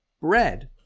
bread